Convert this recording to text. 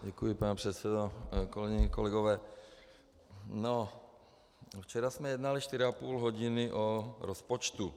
Děkuji, pane předsedo : Kolegyně a kolegové, včera jsme jednali 4,5 hodiny o rozpočtu.